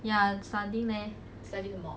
ya studying leh